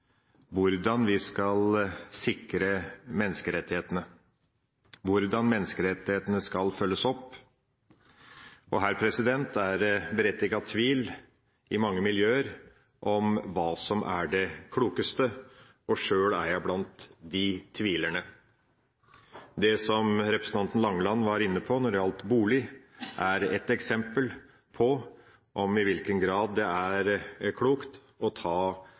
hvordan vi skal sikre menneskerettighetene, og hvordan menneskerettighetene skal følges opp. Her er det berettiget tvil i mange miljøer om hva som er det klokeste. Sjøl er jeg blant disse tvilerne. Det som representanten Langeland var inne på når det gjaldt bolig, er et eksempel på i hvilken grad det er klokt å ta